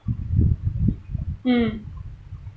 mm